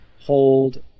hold